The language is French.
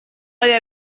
aller